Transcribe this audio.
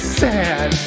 sad